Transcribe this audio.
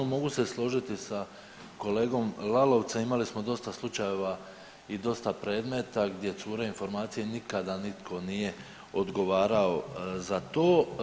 Mogu se složiti sa kolegom Lalovcem, imali smo dosta slučajeva i dosta predmeta gdje cure informacije, nikada nitko nije odgovarao za to.